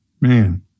Man